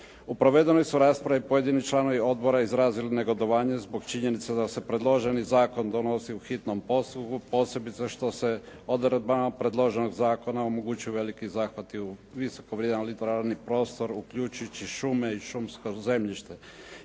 U provedenoj su raspravi pojedini članovi odbora izrazili negodovanje zbog činjenice da se predloženi zakon donosi u hitnom postupku, posebice što se odredbama predloženog zakona omogućuju veliki zahvati u visoko vrijedan liberalni prostor, uključujući šume i šumsko zemljište.